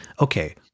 okay